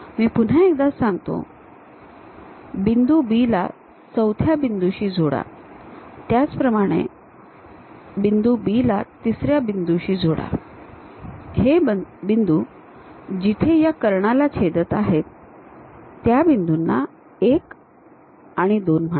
मी पुन्हा एकदा सांगतो बिंदू B ला चौथ्या बिंदूशी जोडा त्याचप्रमाणे बिंदू B ला तिसर्या बिंदूशी जोडा हे बिंदू जिथे या कर्णाला छेदत आहते त्या बिंदूंना 1 आणि 2 म्हणा